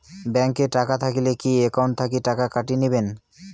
Bank এ টাকা থাকিলে কি একাউন্ট থাকি টাকা কাটি নিবেন?